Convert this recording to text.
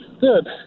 Good